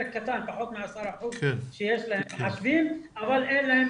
פחות מ-10% שיש להם מחשבים אבל אין להם